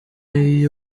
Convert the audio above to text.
iyo